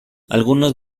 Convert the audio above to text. algunos